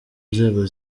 nzego